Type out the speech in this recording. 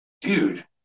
Dude